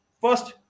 first